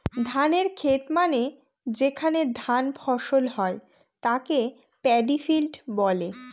ধানের খেত মানে যেখানে ধান ফসল হয় তাকে পাডি ফিল্ড বলে